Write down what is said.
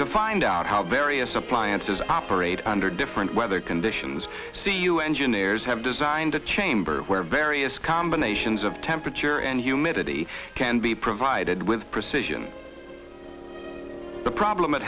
to find out how various appliances operate under different weather conditions c u engineers have designed a chamber where various combinations of temperature and humidity can be provided with precision the problem at